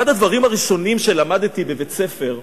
אחד הדברים הראשונים שלמדתי בבית-ספר זה,